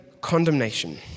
condemnation